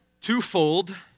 twofold